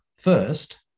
First